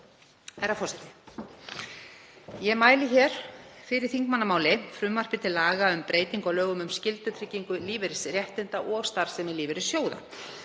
Herra forseti. Ég mæli hér fyrir þingmannamáli, frumvarpi til laga um breytingu á lögum um skyldutryggingu lífeyrisréttinda og starfsemi lífeyrissjóða.